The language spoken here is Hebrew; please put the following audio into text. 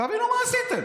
תבינו מה עשיתם.